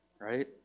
right